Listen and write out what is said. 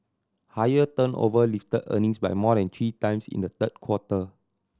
higher turnover lifted earnings by more than three times in the third quarter